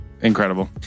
incredible